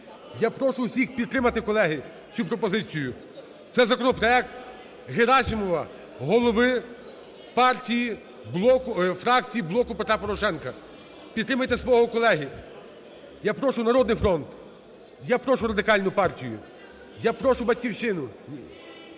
Я прошу всіх підтримати, колеги, цю пропозицію. Це законопроект Герасимова, голови фракції "Блоку Петра Порошенка". Підтримайте свого колегу. Я прошу "Народний фронт", я прошу Радикальну партію, я прошу "Батьківщину",